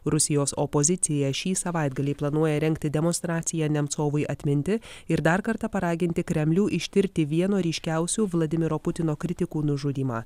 rusijos opozicija šį savaitgalį planuoja rengti demonstraciją nemcovui atminti ir dar kartą paraginti kremlių ištirti vieno ryškiausių vladimiro putino kritikų nužudymą